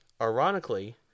Ironically